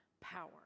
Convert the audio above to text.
power